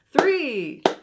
three